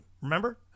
Remember